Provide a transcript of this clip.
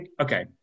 okay